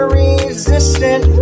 resistant